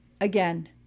Again